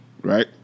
Right